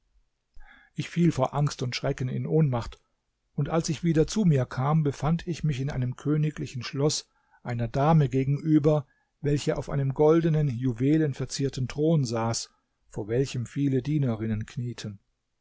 ich fiel vor angst und schrecken in ohnmacht und als ich wieder zu mir kam befand ich mich in einem königlichen schloß einer dame gegenüber welche auf einem goldenen juwelenverzierten thron saß vor welchem viele dienerinnen knieten